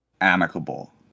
amicable